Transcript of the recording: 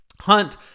Hunt